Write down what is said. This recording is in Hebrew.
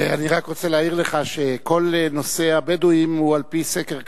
אני רק רוצה להעיר לך שכל נושא הבדואים הוא על-פי סקר קרקעות,